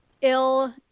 Ill